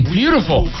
beautiful